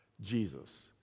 Jesus